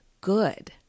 good